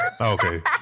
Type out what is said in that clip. Okay